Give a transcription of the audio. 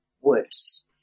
worse